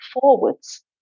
forwards